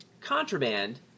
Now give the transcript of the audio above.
Contraband